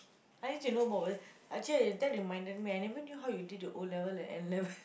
that reminded me I never knew how you did your O-level and N-level